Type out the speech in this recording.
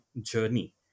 journey